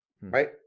Right